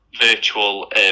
virtual